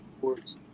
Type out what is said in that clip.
works